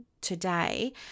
today